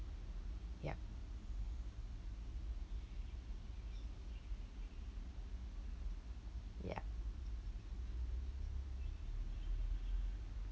yup yup